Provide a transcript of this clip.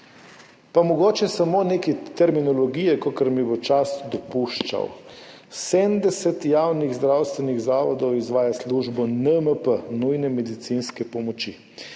Pa mogoče samo nekaj terminologije, kolikor mi bo čas dopuščal. 70 javnih zdravstvenih zavodov izvaja službo NMP, nujne medicinske pomoči.